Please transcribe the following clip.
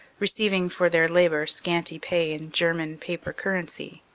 receiv ing for their labor scanty pay in german paper currency,